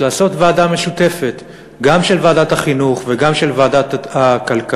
לעשות ועדה משותפת גם של ועדת החינוך וגם של ועדת הכלכלה,